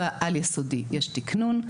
בעל יסודי יש תקנון,